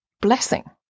blessing